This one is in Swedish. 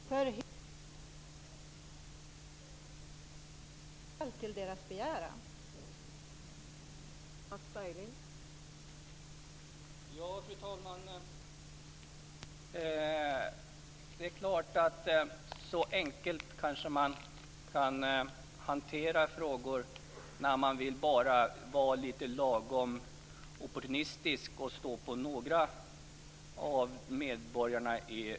För hebybornas bästa är naturligtvis att yrka bifall till deras egen begäran.